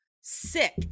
sick